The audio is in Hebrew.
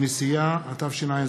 יוסי יונה, דב חנין,